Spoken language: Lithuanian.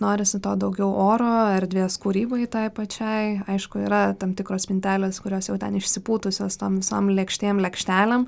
norisi to daugiau oro erdvės kūrybai tai pačiai aišku yra tam tikros spintelės kurios jau ten išsipūtusios su tom visom lėkštėm lėkštelėm